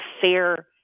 fair